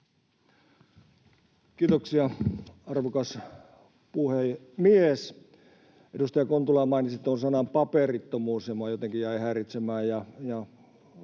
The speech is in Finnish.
Kiitoksia, arvokas puhemies! Edustaja Kontula mainitsi tuon sanan ”paperittomuus”, ja minua jotenkin jäi häiritsemään.